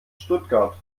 stuttgart